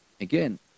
Again